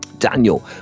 Daniel